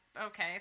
okay